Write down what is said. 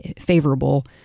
favorable